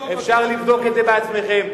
אפשר לבדוק את זה, בעצמכם.